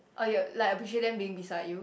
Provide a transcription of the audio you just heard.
oh you like appreciate them being beside you